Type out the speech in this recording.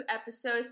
episode